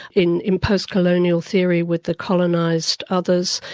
in in post-colonial theory with the colonised others,